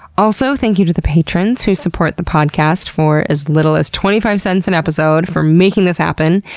also, thank you to the patrons, who support the podcast for as little as twenty five cents an episode for making this happen.